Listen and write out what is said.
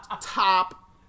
top